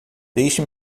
deixe